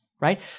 right